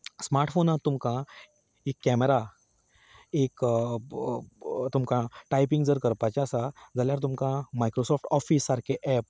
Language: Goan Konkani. स्मार्ट फोनाक तुमकां एक कॅमेरा एक तुमकां टायपींग जर करपाचें आसा जाल्यार तुमकां मायक्रोसॉफ्ट ऑफीस सारके ऍप